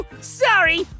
sorry